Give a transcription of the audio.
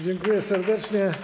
Dziękuję serdecznie.